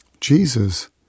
Jesus